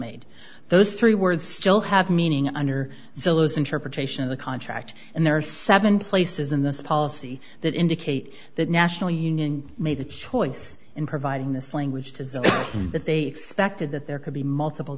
made those three words still have meaning under cilla's interpretation of the contract and there are seven places in this policy that indicate that national union made the choice in providing this language to that they expected that there could be multiple